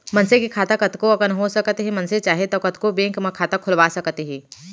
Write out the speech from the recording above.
मनसे के खाता कतको अकन हो सकत हे मनसे चाहे तौ कतको बेंक म खाता खोलवा सकत हे